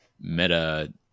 meta